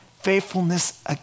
Faithfulness